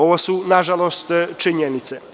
Ovo su nažalost činjenice.